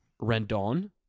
Rendon